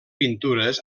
pintures